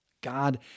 God